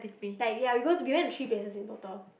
like ya we go to we went to three places in total